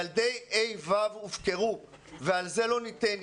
ילדי כיתות ה'-ו' הופקרו ולזה לא ניתן לקרות.